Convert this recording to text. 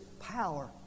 power